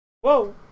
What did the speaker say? Whoa